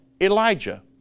Elijah